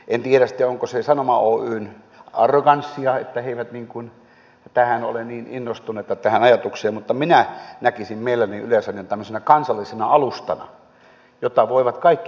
en tiedä sitten onko se sanoma oyn arroganssia että he eivät tästä ajatuksesta ole niin innostuneita mutta minä näkisin mielelläni yleisradion tämmöisenä kansallisena alustana jota voivat kaikki hyödyntää